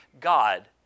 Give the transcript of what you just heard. God